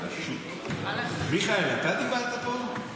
מיכאל, אתה דיברת פה?